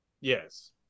Yes